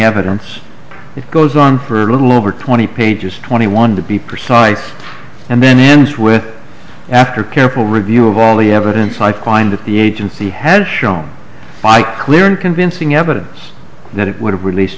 evidence it goes on for a little over twenty pages twenty one to be precise and then ends with after careful review of all the evidence i climbed to the agency had shown by clear and convincing evidence that it would have release